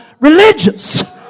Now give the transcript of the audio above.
religious